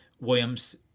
Williams